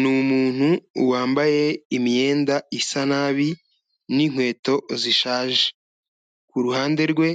Ni umuntu wambaye imyenda isa nabi n'inkweto zishaje, ku ruhande rwe